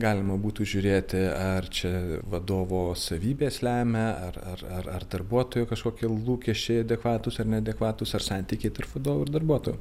galima būtų žiūrėti ar čia vadovo savybės lemia ar ar ar darbuotojo kažkokie lūkesčiai adekvatūs ar neadekvatūs ar santykiai tarp vadovų ir darbuotojų